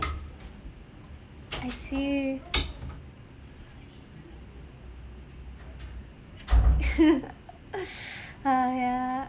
I see !huh! yeah